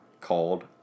called